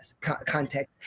context